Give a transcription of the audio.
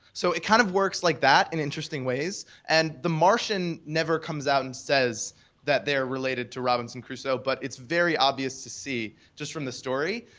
so it kind of works like that in interesting ways. and the martian never comes out and says that they're related to robinson crusoe. but it's very obvious to see just from the story,